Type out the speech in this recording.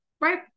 right